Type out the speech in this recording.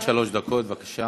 עד שלוש דקות, בבקשה.